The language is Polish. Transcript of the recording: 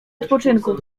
odpoczynku